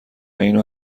اینو